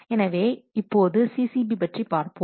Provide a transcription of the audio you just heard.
எனவே இப்போது CCB பற்றி பார்ப்போம்